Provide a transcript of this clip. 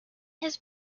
his